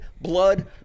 Blood